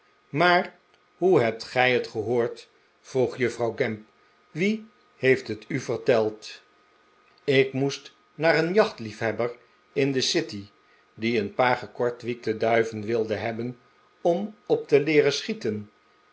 maar hoe hebt gij het gehoord vroeg juffrouw gamp wie heeft het u verteld ik moest naar een jachtliefhebber in de city die een paar gekortwiekte duiven wilde hebben om op te leeren schieten